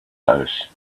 house